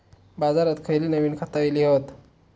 बाजारात खयली नवीन खता इली हत?